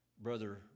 Brother